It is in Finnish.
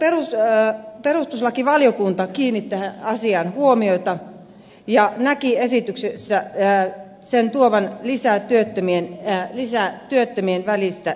myös perustuslakivaliokunta kiinnitti tähän asiaan huomiota ja näki esityksessä sen tuovan lisää työttömien välistä epätasa arvoa